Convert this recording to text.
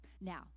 Now